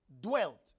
dwelt